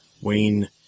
Wayne